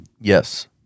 Yes